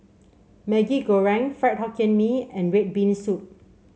Maggi Goreng Fried Hokkien Mee and red bean soup